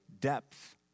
depth